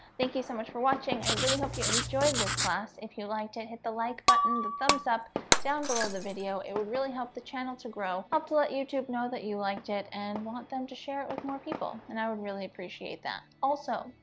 thank you so much for watching i really hope you enjoyed this class if you liked it hit the like button the thumbs up down below the video it would really help the channel to grow up to let youtube know that you liked it and want them to share it with more people and i would really appreciate that. also,